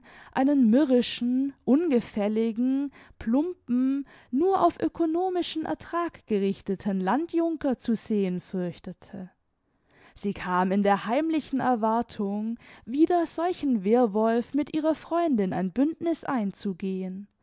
einen mürrischen ungefälligen plumpen nur auf öconomischen ertrag gerichteten landjunker zu sehen fürchtete sie kam in der heimlichen erwartung wider solchen wehrwolf mit ihrer freundin ein bündniß einzugehen